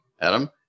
Adam